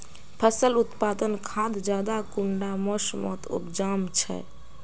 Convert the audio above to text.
फसल उत्पादन खाद ज्यादा कुंडा मोसमोत उपजाम छै?